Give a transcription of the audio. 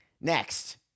Next